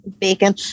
bacon